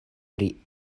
pri